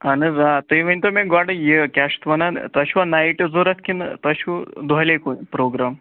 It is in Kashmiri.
اہن حظ آ تُہۍ ؤنۍتو مےٚ گۄڈٕ یہِ کیٛاہ چھِ اَتھ ونان تۄہہِ چھُوا نایٹَس ضوٚرَتھ کِنہٕ توہہِ چھُو دوٚہلے پرٛوگرام